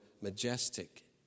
majestic